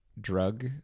drug